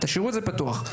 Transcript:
תשאירו את זה פתוח,